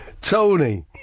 Tony